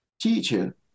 teacher